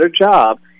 job